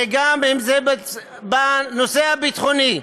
וגם בנושא הביטחוני,